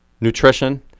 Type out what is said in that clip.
nutrition